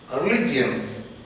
religions